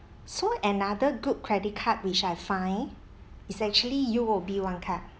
so another good credit card which I find is actually U_O_B one card